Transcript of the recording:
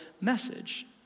message